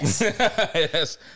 Yes